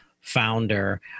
founder